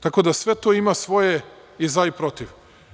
Tako da sve to ima svoje i za i protiv.